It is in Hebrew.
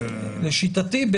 לשיטתי,